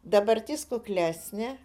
dabartis kuklesnė